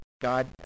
God